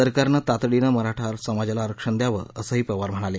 सरकारने तातडीने मराठा समाजाला आरक्षण द्यावं असंही पवार म्हणाले